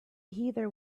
heather